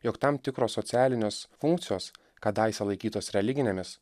jog tam tikros socialinės funkcijos kadaise laikytos religinėmis